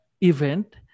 event